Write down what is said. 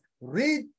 Read